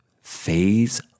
phase